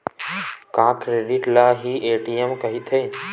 का क्रेडिट ल हि ए.टी.एम कहिथे?